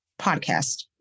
podcast